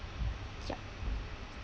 yup